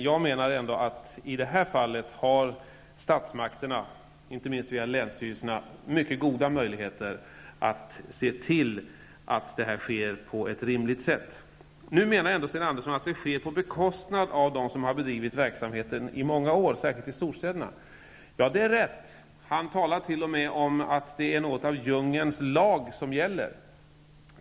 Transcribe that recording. Jag menar ändå att i det här fallet har statsmakterna, inte minst via länstyrelserna, mycket goda möjligheter att se till att övergången sker på ett rimligt sätt. Nu menar Sten Andersson att den sker på bekostnad av dem som har bedrivit verksamheten i många år, särskilt i storstäderna. Ja, det är rätt! Sten Andersson talar t.o.m. om att det är något av djungelns lag som gäller.